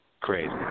Crazy